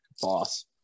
boss